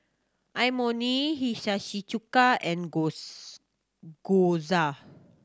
Imoni Hiyashi Chuka and Gyoza